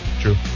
True